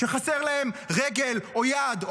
כשחסרה להם רגל או יד,